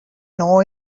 know